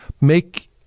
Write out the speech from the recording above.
Make